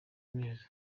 neza